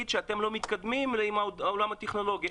שהם לא מתקדמים עם העולם הטכנולוגי.